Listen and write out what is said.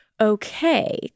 okay